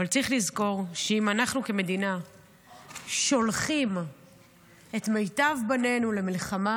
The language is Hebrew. אבל צריך לזכור שאם אנחנו כמדינה שולחים את מיטב בנינו למלחמה,